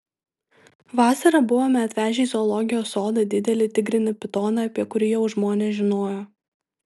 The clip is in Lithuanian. vasarą buvome atvežę į zoologijos sodą didelį tigrinį pitoną apie kurį jau žmonės žinojo